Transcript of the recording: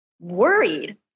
Worried